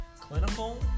clinical